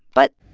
but.